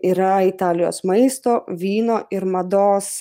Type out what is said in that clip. yra italijos maisto vyno ir mados